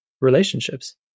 relationships